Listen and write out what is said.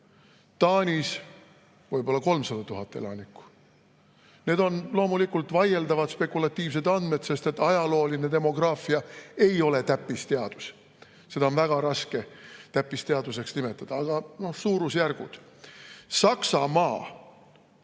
Taanis võib-olla 300 000 elanikku. Need on loomulikult vaieldavad, spekulatiivsed andmed, sest ajalooline demograafia ei ole täppisteadus. Seda on väga raske täppisteaduseks nimetada, aga need on suurusjärgud. Saksamaa,